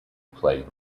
play